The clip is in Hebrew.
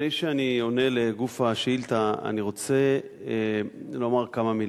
לפני שאני עונה לגוף השאילתא אני רוצה לומר כמה מלים.